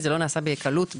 זה לא נעשה בקלות בכלל.